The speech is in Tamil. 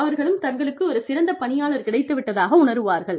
அவர்களும் தங்களுக்கு ஒரு சிறந்த பணியாளர் கிடைத்து விட்டதாக உணருவார்கள்